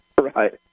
Right